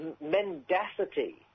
mendacity